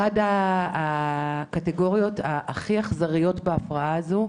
אחת הקטגוריות הכי אכזריות בהפרעה הזו,